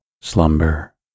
slumber